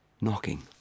knocking